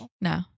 No